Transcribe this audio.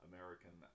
American